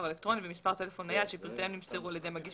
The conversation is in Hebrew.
אלקטרוני ומספר טלפון נייד שפרטיהם נמסרו על ידי מגיש